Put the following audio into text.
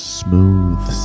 smooth